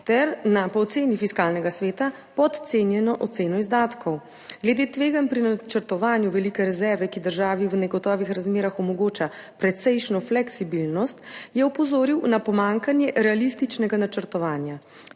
ter na po oceni Fiskalnega sveta podcenjeno oceno izdatkov. Glede tveganj pri načrtovanju velike rezerve, ki državi v negotovih razmerah omogoča precejšnjo fleksibilnost, je opozoril na pomanjkanje realističnega načrtovanja.